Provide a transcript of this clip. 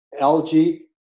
algae